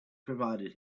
provided